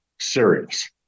serious